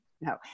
No